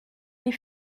les